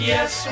Yes